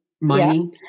mining